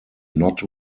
not